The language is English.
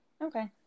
Okay